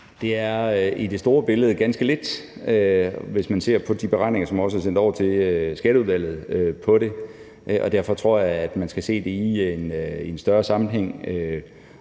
Det er i det store billede ganske lidt, hvis man ser på de beregninger på det, som også er sendt over til Skatteudvalget, og derfor tror jeg, at man skal se det i en større sammenhæng.